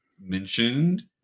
mentioned